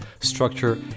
structure